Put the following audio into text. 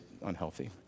unhealthy